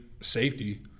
safety